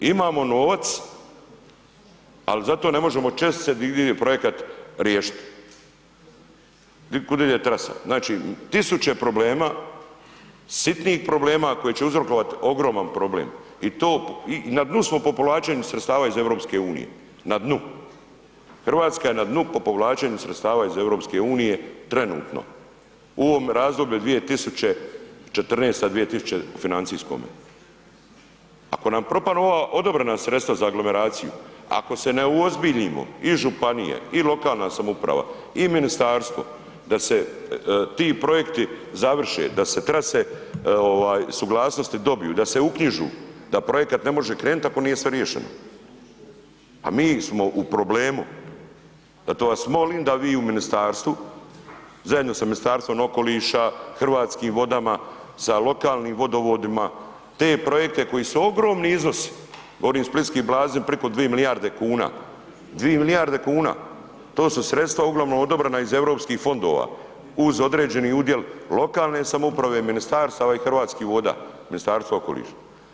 Imamo novac, al zato ne možemo čestice di ide projekat riješit, kud ide trasa, znači tisuće problema, sitnih problema koji će uzrokovat ogroman problem i to i na dnu smo po povlačenju sredstava iz EU, na dnu, RH je na dnu po povlačenju sredstava iz EU trenutno, u ovom razdoblju od 2014., financijskome, ako nam propanu ova odobrena sredstva za aglomeraciju, ako se ne uozbiljimo i županije i lokalna samouprava i ministarstvo da se ti projekti završe, da se trase ovaj suglasnosti dobiju, da se uknjižu, da projekat ne može krenut ako sve nije riješeno, pa mi smo u problemu, zato vas molim da vi u ministarstvu zajedno s Ministarstvom okoliša, Hrvatskim vodama, sa lokalnim vodovodima, te projekte koji su ogromni iznosi, govorim splitski bazen priko 2 milijarde kuna, 2 milijarde kuna, to su sredstva uglavnom odobrena iz Europskih fondova uz određeni udjel lokalne samouprave, ministarstava i Hrvatskih voda, Ministarstva okoliša.